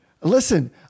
Listen